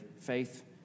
faith